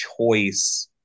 choice